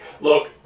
Look